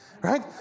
right